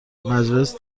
مجلس